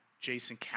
Jason